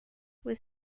was